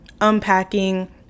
unpacking